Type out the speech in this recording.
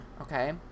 okay